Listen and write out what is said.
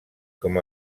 com